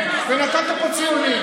ונכון,